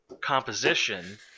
composition